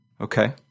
Okay